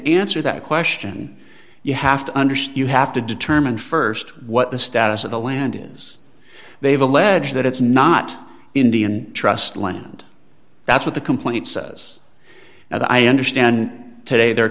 answer that question you have to understand you have to determine st what the status of the land is they've alleged that it's not indian trust land that's what the complaint says now that i understand today they're